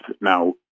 Now